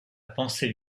pensée